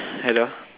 hello